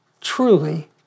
truly